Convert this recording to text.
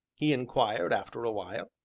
he inquired, after a while.